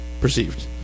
perceived